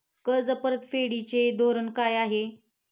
कर्ज परतफेडीचे धोरण काय आहे?